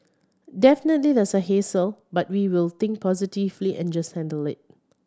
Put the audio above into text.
definitely there's a hassle but we will think positively and just handle it